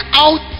out